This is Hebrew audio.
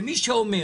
ומי שאומר